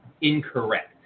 incorrect